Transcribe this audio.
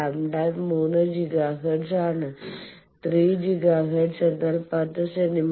lambda 3 giga hertz ആണ് 3 giga hertz എന്നാൽ 10 centimetre